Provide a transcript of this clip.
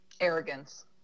arrogance